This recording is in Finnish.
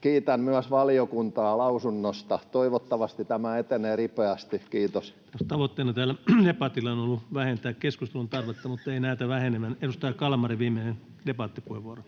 kiitän myös valiokuntaa lausunnosta. Toivottavasti tämä etenee ripeästi. — Kiitos. Tavoitteena tällä debatilla on ollut vähentää keskustelun tarvetta, mutta ei näytä vähenevän. — Edustaja Kalmari, viimeinen debattipuheenvuoro.